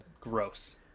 gross